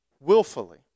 willfully